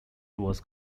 was